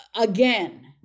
again